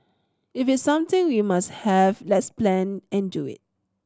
if it's something we must have let's plan and do it